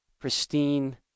pristine